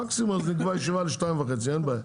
מקסימום נקבע ישיבה ל-14:30, אין בעיה.